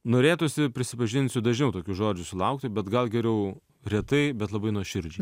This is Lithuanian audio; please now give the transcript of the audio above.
norėtųsi prisipažinsiu dažniau tokių žodžių sulaukti bet gal geriau retai bet labai nuoširdžiai